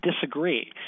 disagree